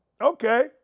Okay